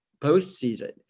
postseason